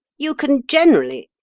you can generally,